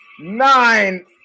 nine